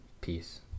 Peace